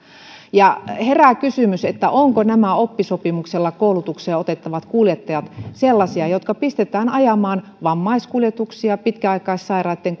herää kysymys ovatko nämä oppisopimuksella koulutukseen otettavat kuljettajat sellaisia jotka pistetään ajamaan vammaiskuljetuksia pitkäaikaissairaitten